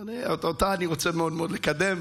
אותה אני רוצה מאוד מאוד לקדם,